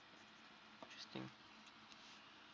interesting